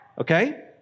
okay